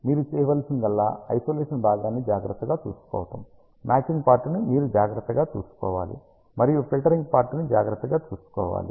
మీరు చేయాల్సిందల్లా ఐసోలేషన్ భాగాన్ని జాగ్రత్తగా చూసుకోవటం మ్యాచింగ్ పార్ట్ ని మీరు జాగ్రత్తగా చూసుకోవాలి మరియు ఫిల్టరింగ్ పార్ట్ ని జాగ్రత్తగా చూసుకోవాలి